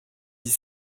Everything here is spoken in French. dix